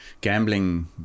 gambling